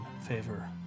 favor